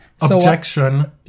Objection